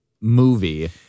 movie